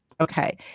Okay